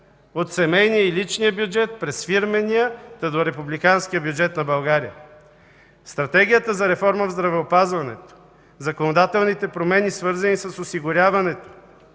от семейния и личния през фирмения, та до републиканския бюджет на България. Стратегията за реформа в здравеопазването, законодателните промени, свързани с осигуряването